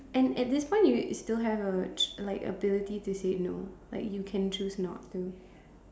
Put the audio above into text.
and at this point you still have urge like ability to say no like you can choose not to